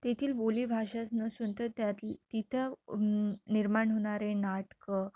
तेथील बोलीभाषा नसून तर त्यात तिथं निर्माण होणारे नाटकं